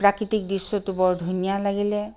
প্ৰাকৃতিক দৃশ্যটো বৰ ধুনীয়া লাগিলে